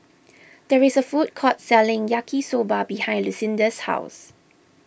there is a food court selling Yaki Soba behind Lucinda's house